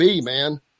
man